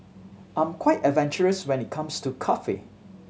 I'm quite adventurous when it comes to coffee